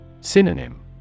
Synonym